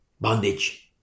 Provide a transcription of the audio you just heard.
Bondage